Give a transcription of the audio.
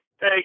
Hey